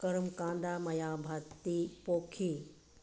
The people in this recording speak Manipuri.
ꯀꯔꯝ ꯀꯥꯟꯗ ꯃꯥꯌꯥꯚꯇꯤ ꯄꯣꯛꯈꯤ